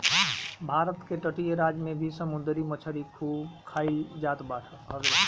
भारत के तटीय राज में भी समुंदरी मछरी खूब खाईल जात हवे